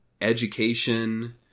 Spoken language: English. education